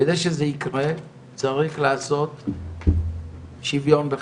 כדי שזה יקרה צריך לעשות שיווין בחינוך,